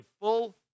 full